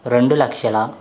రెండు లక్షల